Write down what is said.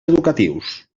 educatius